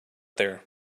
there